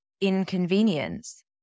inconvenience